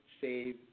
save